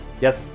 yes